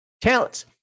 Talents